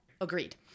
Agreed